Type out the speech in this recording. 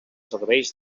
serveis